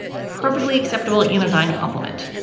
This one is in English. perfectly acceptable anodyne compliment.